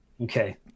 okay